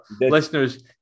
listeners